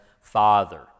Father